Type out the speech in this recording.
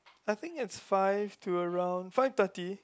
I think is five to around five thirty